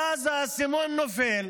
ואז האסימון נופל,